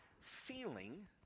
feeling